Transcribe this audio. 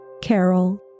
Carol